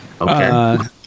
Okay